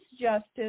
justice